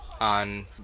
on